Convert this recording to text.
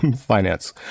finance